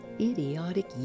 idiotic